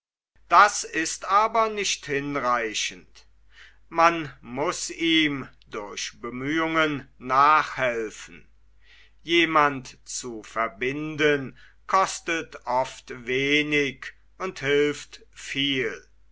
das ist aber nicht hinreichend man muß ihm durch bemühungen nachhelfen jemanden zu verbinden kostet oft wenig und hilft viel